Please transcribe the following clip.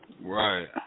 Right